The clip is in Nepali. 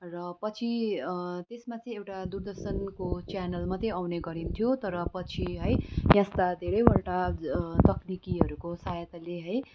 र पछि त्यसमा चाहिँ एउटा दूरदर्शनको च्यानल मात्र आउने गरिन्थ्यो तर पछि है त्यस्ता धेरैवटा तक्निकीहरूको सहायताले है